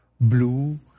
blue